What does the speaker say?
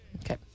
Okay